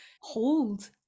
hold